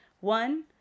one